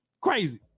Crazy